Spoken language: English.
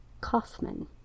Kaufman